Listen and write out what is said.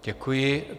Děkuji.